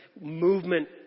movement